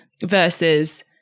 versus